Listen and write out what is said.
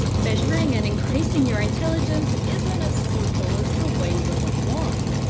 measuring and increasing your intelligence isn't as simple as the wave of a wand.